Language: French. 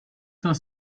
cinq